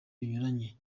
binyuranye